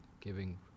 giving